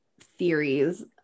theories